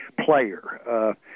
player